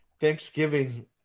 thanksgiving